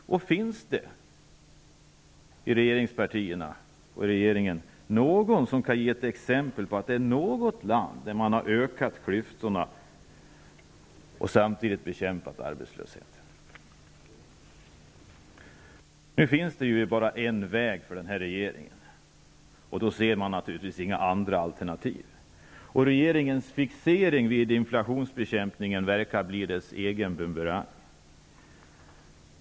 Finns det inom regeringspartierna och inom regeringen någon som kan ge ett exempel på att man i något land har ökat klyftorna och samtidigt bekämpat arbetslösheten? Det finns naturligtvis bara en väg att gå för den här regeringen, och då ser man förstås inga andra alternativ. Regeringens fixering vid inflationsbekämpningen verkar bli dess egen bumerang.